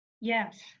Yes